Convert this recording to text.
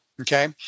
Okay